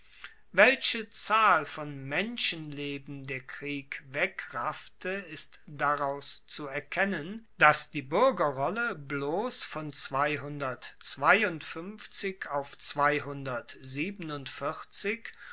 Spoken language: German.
welche zahl von menschenleben der krieg wegraffte ist daraus zuerkennen dass die buergerrolle bloss von auf